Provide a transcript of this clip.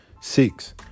Six